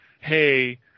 hey